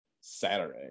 Saturday